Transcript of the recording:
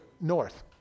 north